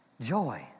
Joy